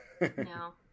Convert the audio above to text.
No